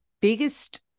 biggest